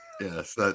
Yes